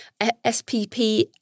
SPP